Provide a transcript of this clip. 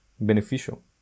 beneficial